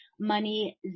money